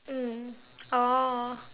mm oh